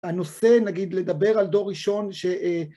הנושא, נגיד, לדבר על דור ראשון ש...